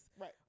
Right